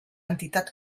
entitat